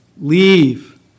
leave